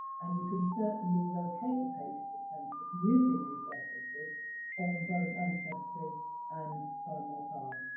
and you can certainly locate the page of the census using these references on both ancestry and find my past.